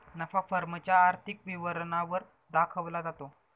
नफा फर्म च्या आर्थिक विवरणा वर दाखवला जातो